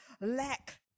lack